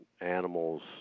animals